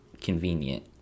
convenient